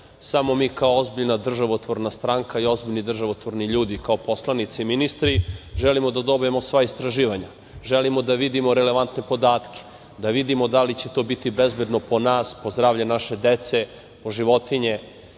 Samo mi, kao ozbiljna državotvorna stranka i ozbiljni državotvorni ljudi, kao poslanici, ministri, želimo da dobijemo sva istraživanja, želimo da vidimo relevantne podatke, da vidimo da li će to biti bezbedno po nas, po zdravlje naše dece, po životinje